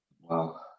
Wow